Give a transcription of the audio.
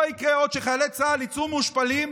לא יקרה עוד שחיילי צה"ל יצאו מושפלים,